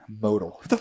Modal